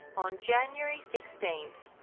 on january sixteen,